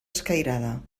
escairada